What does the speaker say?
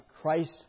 Christ